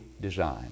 design